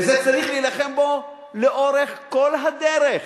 צריך להילחם בו לאורך כל הדרך,